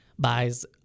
buys